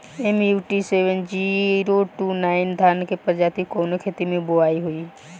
MUT seven zero two nine धान के प्रजाति कवने खेत मै बोआई होई?